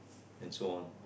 and so on